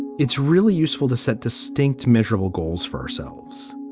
it's really useful to set distinct, measurable goals for ourselves,